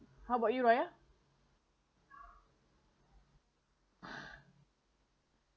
how about you raya